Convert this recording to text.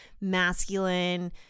masculine